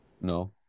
No